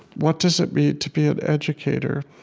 what does it mean to be an educator,